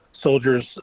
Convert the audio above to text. soldiers